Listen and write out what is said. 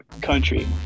country